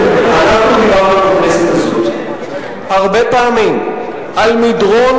דיברנו בכנסת הזאת הרבה פעמים על מדרון